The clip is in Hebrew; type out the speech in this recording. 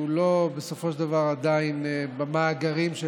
בסופו של דבר הוא עדיין לא במאגרים של